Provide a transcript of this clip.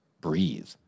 breathe